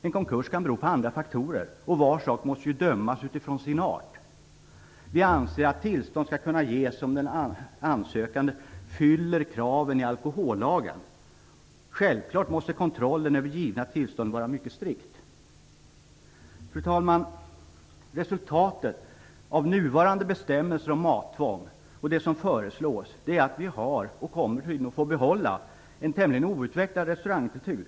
En konkurs kan bero på andra faktorer, och var sak måste ju dömas utifrån sin art. Vi anser att tillstånd skall kunna ges om den ansökande fyller kraven i alkohollagen. Självklart måste kontrollen över givna tillstånd vara mycket strikt. Fru talman! Resultatet av nuvarande bestämmelser om mattvång och det som nu föreslås är att vi har och förmodligen kommer att få behålla en tämligen outvecklad restaurangkultur.